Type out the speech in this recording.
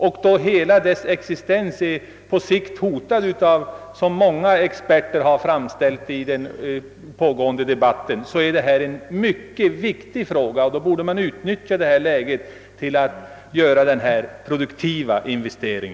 Då hela skogsnäringens existens på sikt är hotad, något som många experter har utvecklat i den pågående allmänna debatten, är detta en mycket viktig fråga; och då borde man utnyttja läget för att göra denna produktiva investering.